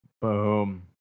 Boom